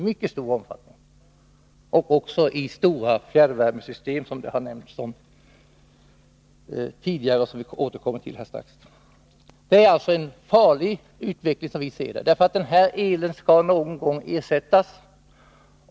Det gäller också de stora fjärrvärmesystemen, något som nämnts tidigare och som vi strax skall återkomma till. Detta är en farlig Nr 54 utveckling, som vi ser det. Denna el skall någon gång ersättas.